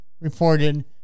reported